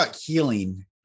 healing